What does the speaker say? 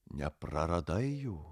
nepraradai jų